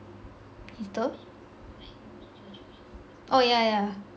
insta oh yeah yeah